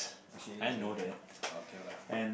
she is really okay lah